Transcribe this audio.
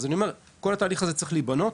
אז כל התהליך הזה צריך להיבנות.